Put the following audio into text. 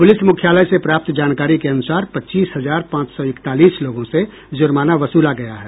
police मुख्यालय से प्राप्त जानकारी के अनुसार पच्चीस हजार पांच सौ इकतालीस लोगों से जुर्माना वसूला गया है